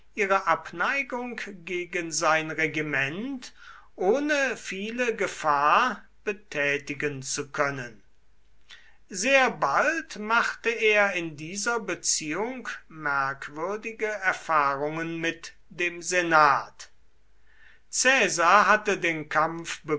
ihre abneigung gegen sein regiment ohne viele gefahr betätigen zu können sehr bald machte er in dieser beziehung merkwürdige erfahrungen mit dem senat caesar hatte den kampf